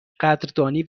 قدردانی